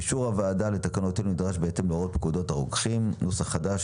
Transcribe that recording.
אישור הוועדה לתקנות אלה נדרש בהתאם להוראות פקודות הרוקחים (נוסח חדש),